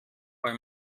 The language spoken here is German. bei